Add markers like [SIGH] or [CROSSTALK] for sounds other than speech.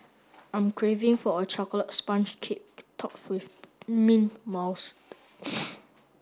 I'm craving for a chocolate sponge cake topped with mint mouse [NOISE]